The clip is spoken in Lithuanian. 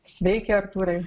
sveiki artūrai